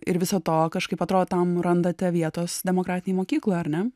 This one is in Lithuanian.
ir viso to kažkaip atrodo tam randate vietos demokratinėj mokykloj ar ne